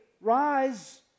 rise